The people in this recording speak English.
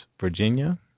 Virginia